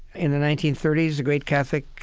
in the nineteen thirty s a great catholic,